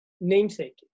namesake